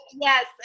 Yes